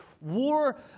war